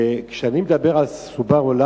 כשאני מדבר על "סבארו",